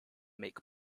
make